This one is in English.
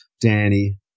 Danny